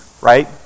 right